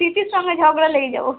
টি টির সঙ্গে ঝগড়া লেগে যাবো